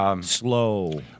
Slow